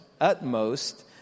utmost